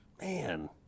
Man